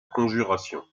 conjuration